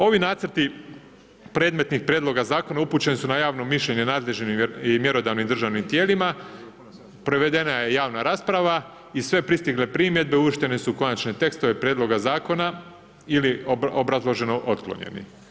Ovi nacrti predmetni prijedloga zakona, upućeni su na javnom mišljenju nadležnim i mjerodavnim državnim tijelima, provedena je javna rasprava i sve pristigle primjedbe uvrštene su u konačne tekstove prijedloga zakona ili obrazloženo otklonjeni.